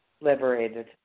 liberated